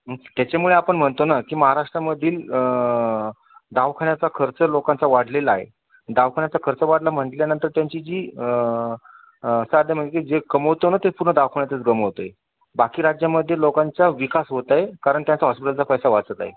त्याच्यामुळे आपण म्हणतो ना की महाराष्ट्रामधील दवाखान्याचा खर्च लोकांचा वाढलेला आहे दवाखान्याचा खर्च वाढणं म्हटल्यानंतर त्यांची जी साधं म्हणजे जे कमावतो ना ते पूर्ण दवाखान्यातच गमावतोय बाकी राज्यामध्ये लोकांचा विकास होत आहे कारण त्यांचा हॉस्पिटलचा पैसा वाचत आहे